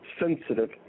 sensitive